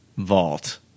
vault